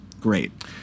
great